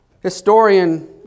historian